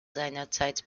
seinerzeit